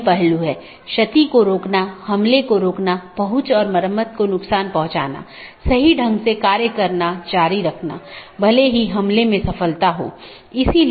उदाहरण के लिए एक BGP डिवाइस को इस प्रकार कॉन्फ़िगर किया जा सकता है कि एक मल्टी होम एक पारगमन अधिकार के रूप में कार्य करने से इनकार कर सके